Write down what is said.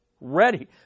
Ready